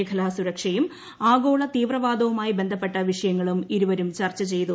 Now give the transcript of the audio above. മേഖലാ സുരക്ഷയും ആഗോള തീവ്രവാദവുമായി ബന്ധപ്പെട്ട വിഷയങ്ങളും ഇരുവരും ചർച്ച ചെയ്തു